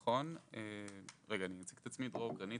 אני ממחלקת ייעוץ וחקיקה